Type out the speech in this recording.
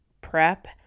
prep